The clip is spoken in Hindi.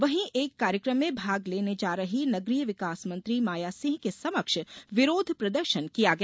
वहीं एक कार्यक्रम में भाग लेने जा रही नगरीय विकास मंत्री माया सिंह के समक्ष विरोध प्रदर्शन किया गया